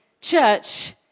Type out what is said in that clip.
church